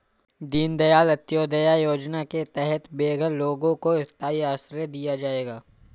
दीन दयाल अंत्योदया योजना के तहत बेघर लोगों को स्थाई आश्रय दिया जाएगा